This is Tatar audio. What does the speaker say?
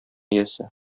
иясе